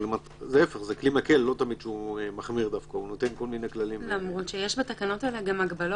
תקנה זו לא תחול לעניין הגעת